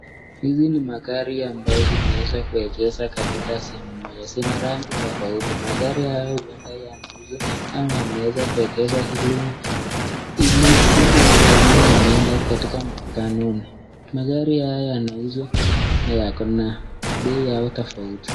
Hizi ni magari ambazo zimeweza kuegeza katika sehemu moja. Zina rangi tofauti. Magari haya huenda yanauzwa ama yameza kuegezwa ili wenyewe wameenda katika mkutanoni. Magari haya yanauzwa na yako na bei yao tofauti.